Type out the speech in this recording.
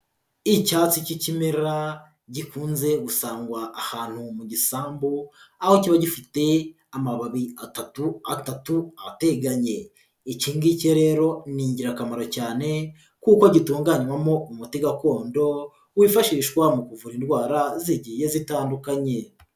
Icyatsi cy'ikimera gikunze gusangwa ahantu mu gisambu, aho kiba gifite amababi atatu atatu ateganye, iki ngiki rero ni ingirakamaro cyane kuko gitunganywamo umuti gakondo, wifashishwa mu kuvura indwara zigiye zitandukanye.